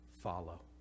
follow